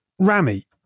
Rami